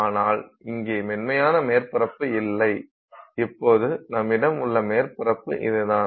ஆனால் இங்கே மென்மையான மேற்பரப்பு இல்லை இப்போது நம்மிடம் உள்ள மேற்பரப்பு இதுதான்